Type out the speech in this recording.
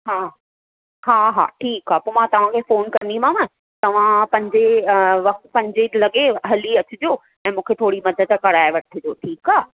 हा हा हा ठीकु आहे पोइ मां तव्हां खे फोन कंदीमांव तव्हां पंजे पंजे लॻे हली अचिजो ऐं मूंखे थोरी मदद कराए वठिजो ठीकु आहे